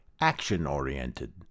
action-oriented